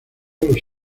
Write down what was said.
los